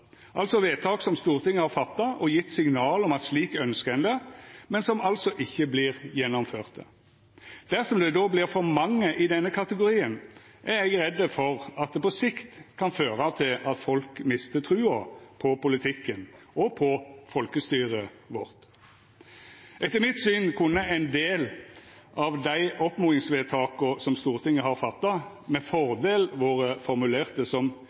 altså vedtak som Stortinget har fatta og gjeve signal om at slik ønskjer ein det, men som altså ikkje vert gjennomførte. Dersom det vert for mange i denne kategorien, er eg redd for at det på sikt kan føra til at folk mister trua på politikken og på folkestyret vårt. Etter mitt syn kunne ein del av dei oppmodingsvedtaka som Stortinget har fatta, med fordel vore formulerte som